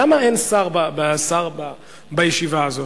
למה אין שר בישיבה הזאת?